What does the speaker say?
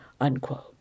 unquote